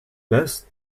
best